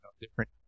different